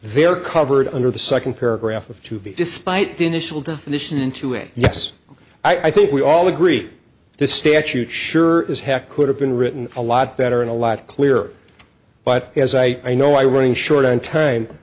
they're covered under the second paragraph of to be despite the initial definition into it yes i think we all agree this statute sure as heck could have been written a lot better and a lot clearer but as i know i running short on time